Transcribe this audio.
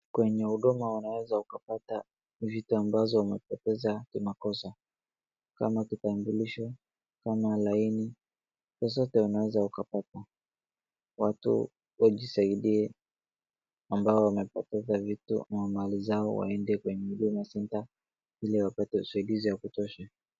Kwenye Huduma unaweza ukapata vitu amabazo umepoteza kimakosa. Kama kitambulisho, kama laini, chochote unaweza ukapata. Watu wajisaidie ambao wamepoteza vitu ama mali zao waende kwenye Huduma center ili wapate usaidizi ya kutosha.